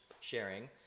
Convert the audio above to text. sharing